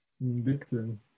Victim